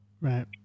Right